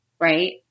right